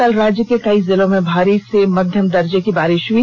कल राज्य के कई जिलों में भारी से मध्यम दर्जे की बारिष हुई